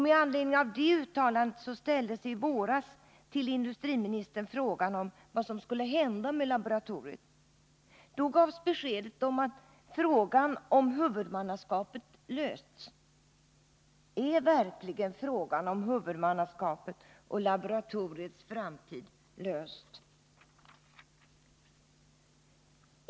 Med anledning av det uttalandet ställdes i våras till industriministern frågan om vad som skulle hända med laboratoriet. Då gavs beskedet att frågan om huvudmannaskapet hade lösts. Är verkligen frågan om huvudmannaskapet och laboratoriets framtid löst?